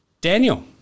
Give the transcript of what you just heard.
Daniel